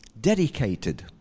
Dedicated